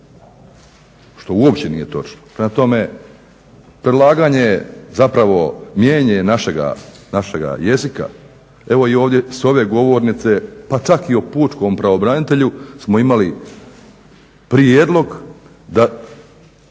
što nije uopće točno. Prema tome, predlaganje zapravo mijenjanje našega jezika evo i ovdje s ove govornice pa čak i o pučkom pravobranitelju smo imali prijedlog da